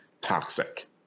toxic